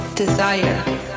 desire